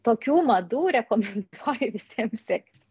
tokių madų rekomenduoju visiems sektis